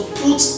put